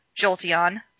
Jolteon